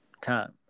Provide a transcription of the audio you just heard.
time